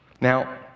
now